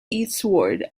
eastward